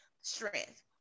strength